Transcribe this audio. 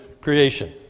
creation